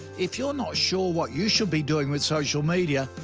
if you're not sure what you should be doing with social media,